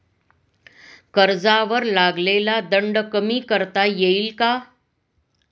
कर्जावर लागलेला दंड कमी करता येईल का?